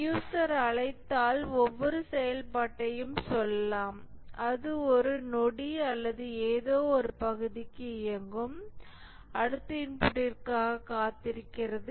user அழைத்தால் ஒவ்வொரு செயல்பாட்டையும் சொல்லலாம் அது ஒரு நொடி அல்லது ஏதோ ஒரு பகுதிக்கு இயங்கும் அடுத்த இன்புட்ற்காக காத்திருக்கிறது